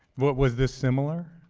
what, was this similar?